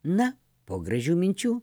na po gražių minčių